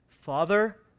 Father